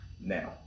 now